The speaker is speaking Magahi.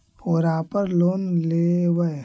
ओरापर लोन लेवै?